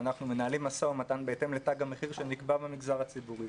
ואנחנו מנהלים משא-ומתן בהתאם לתג המחיר שנקבע במגזר הציבורי.